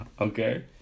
Okay